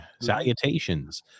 Salutations